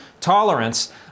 tolerance